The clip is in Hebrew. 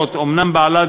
לה: